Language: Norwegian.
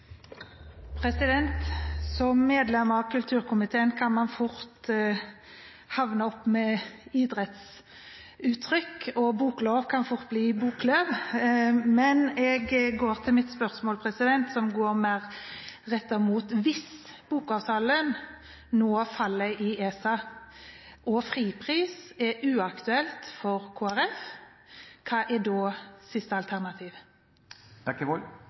Som medlem av kulturkomiteen kan man fort havne opp med idrettsuttrykk, og boklov kan fort bli Boklöv. Men jeg går til mitt spørsmål, som er mer rettet mot at hvis bokavtalen nå faller i ESA, og fripris er uaktuelt for Kristelig Folkeparti, hva er da siste